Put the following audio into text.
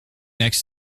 next